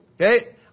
okay